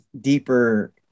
deeper